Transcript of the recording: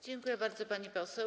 Dziękuję bardzo, pani poseł.